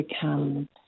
become